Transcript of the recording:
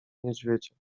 niedźwiedzia